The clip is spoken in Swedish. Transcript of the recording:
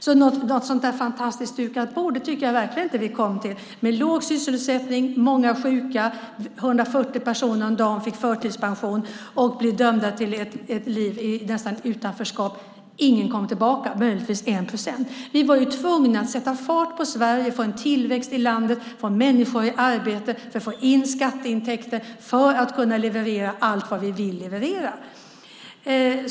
Något fantastiskt dukat bord tycker jag verkligen inte att vi kom till med låg sysselsättning, många sjuka, 140 personer om dagen som fick förtidspension och blev dömda nästan till ett utanförskap. Ingen kom tillbaka utom möjligtvis 1 procent. Vi var tvungna att sätta fart på Sverige, få tillväxt i landet, människor i arbete - allt detta för att få in skatteintäkter och kunna leverera allt som vi vill leverera.